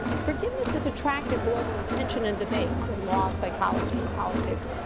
forgiveness has attracted global attention and debate in law, psychology, and politics,